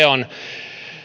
on